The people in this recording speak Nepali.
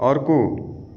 अर्को